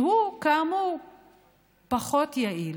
שהוא כאמור פחות יעיל.